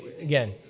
again